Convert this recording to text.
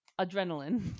adrenaline